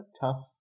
tough